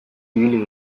ibili